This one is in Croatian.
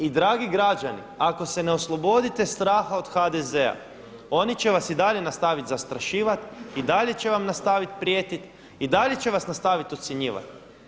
I dragi građani ako se ne oslobodite straha od HDZ-a oni će vas i dalje nastavit zastrašivat i dalje će vam nastaviti prijetiti i dalje će vas nastaviti ucjenjivati.